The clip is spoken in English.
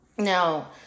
Now